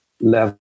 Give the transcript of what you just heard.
level